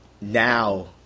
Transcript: now